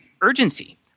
urgency